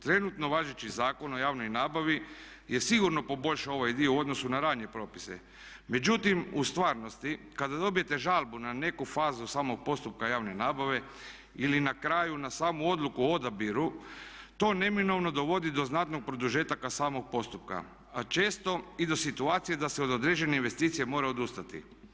Trenutno važeći Zakon o javnoj nabavi je sigurno poboljšao ovaj dio u odnosu na ranije propise, međutim u stvarnosti kada dobijete žalbu na neku fazu samog postupka javne nabave ili na kraju na samu odluku o odabiru to neminovno dovodi do znatnog produžetka samog postupka, a često i do situacije da se od određene investicije mora odustati.